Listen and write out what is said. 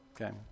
Okay